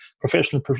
professional